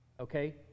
Okay